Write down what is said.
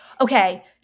Okay